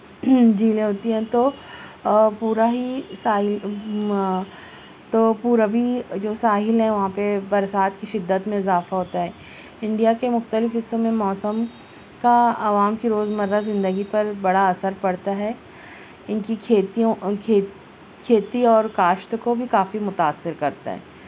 جھیلیں ہوتی ہیں تو پورا ہی سائی تو پوربی جو ساحل ہے وہاں پہ برسات کی شدت میں اضافہ ہوتا ہے انڈیا کے مختلف حصوں میں موسم کا عوام کی روز مرہ زندگی پر بڑا اثر پڑتا ہے ان کی کھیتیوں کھے کھیتی اور کاشت کو بھی کافی متاثر کرتا ہے